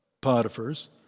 Potiphar's